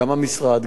גם המשרד,